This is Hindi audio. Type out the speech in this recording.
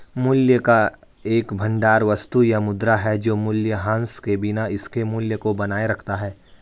मूल्य का एक भंडार वस्तु या मुद्रा है जो मूल्यह्रास के बिना इसके मूल्य को बनाए रखता है